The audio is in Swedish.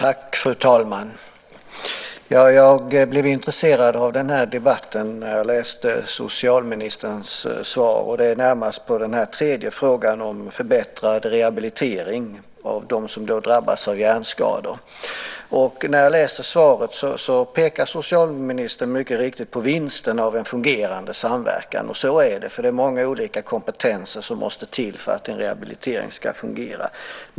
Fru talman! Jag blev intresserad av den här debatten när jag läste socialministerns svar. Det gäller närmast den tredje frågan om förbättrad rehabilitering av dem som drabbas av hjärnskador. I svaret pekar socialministern mycket riktigt på vinsterna av en fungerande samverkan, och så är det. Det är många olika kompetenser som måste till för att en rehabilitering ska fungera.